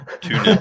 two